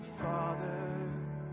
father